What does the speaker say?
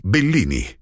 Bellini